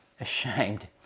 ashamed